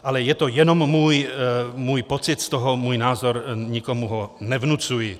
Ale je to jenom můj pocit z toho, můj názor, nikomu ho nevnucuji.